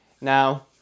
Now